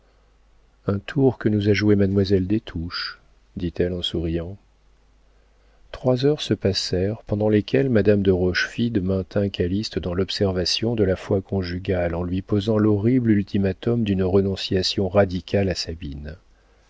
un tour que nous a joué mademoiselle des touches dit-elle en souriant illustration butscha modeste avait surnommé ce grotesque premier clerc le nain mystérieux modeste mignon trois heures se passèrent pendant lesquelles madame de rochefide maintint calyste dans l'observation de la foi conjugale en lui posant l'horrible ultimatum d'une renonciation radicale à sabine